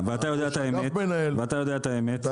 ראש אגף מנהל --- ואתה יודע את האמת.